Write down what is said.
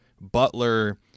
Butler